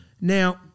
Now